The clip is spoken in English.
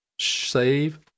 Save